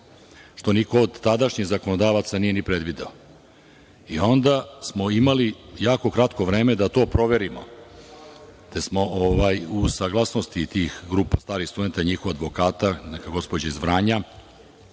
što niko od tadašnjih zakonodavaca nije ni predvideo. Onda smo imali jako kratko vreme da to proverimo, te smo uz saglasnost tih grupa starih studenata, njihovog advokata, neke gospođe iz Vranja,